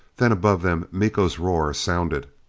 then above them miko's roar sounded.